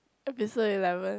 episode eleven